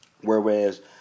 Whereas